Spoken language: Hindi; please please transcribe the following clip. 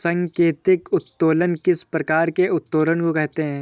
सांकेतिक उत्तोलन किस प्रकार के उत्तोलन को कहते हैं?